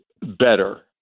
better